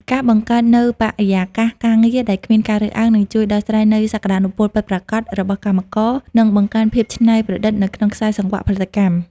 ការបង្កើតនូវបរិយាកាសការងារដែលគ្មានការរើសអើង នឹងជួយដោះលែងនូវសក្ដានុពលពិតប្រាកដរបស់កម្មករ និងបង្កើនភាពច្នៃប្រឌិតនៅក្នុងខ្សែសង្វាក់ផលិតកម្ម។